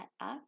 up